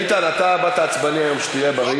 ביטן, אתה באת עצבני היום, שתהיה בריא.